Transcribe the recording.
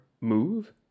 Move